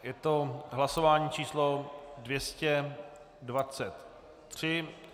Je to hlasování číslo 223.